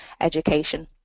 education